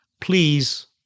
Please